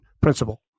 principle